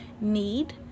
need